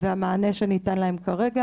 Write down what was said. והמענה שניתן להם כרגע,